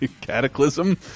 Cataclysm